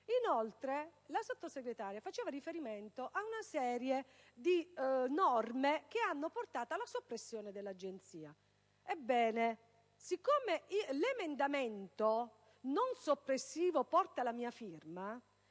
questo. La Sottosegretario, poi, faceva riferimento ad una serie di norme che hanno portato alla soppressione dell'Agenzia. Ebbene, siccome l'emendamento non soppressivo porta la mia firma